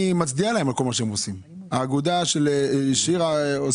אני מצדיע לעבודה של האגודה ששירה מייצגת,